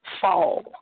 fall